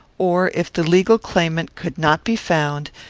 or, if the legal claimant could not be found,